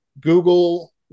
Google